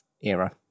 era